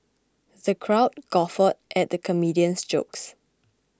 the crowd guffawed at the comedian's jokes